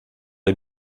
les